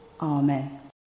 Amen